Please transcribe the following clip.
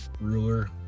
Ruler